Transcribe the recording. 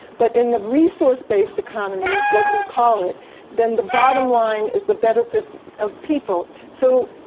but in the resource-based economy, it's what we call it then the bottom line is the benefit of people. so,